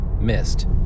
missed